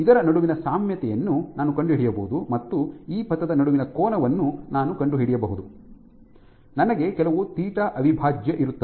ಇದರ ನಡುವಿನ ಸಾಮ್ಯತೆಯನ್ನು ನಾನು ಕಂಡುಹಿಡಿಯಬಹುದು ಮತ್ತು ಈ ಪಥದ ನಡುವಿನ ಕೋನವನ್ನು ನಾನು ಕಂಡುಹಿಡಿಯಬಹುದು ನನಗೆ ಕೆಲವು ಥೀಟಾ ಅವಿಭಾಜ್ಯ ಇರುತ್ತದೆ